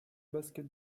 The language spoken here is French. basket